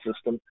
system